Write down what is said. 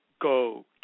go